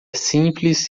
simples